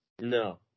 No